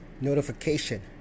notification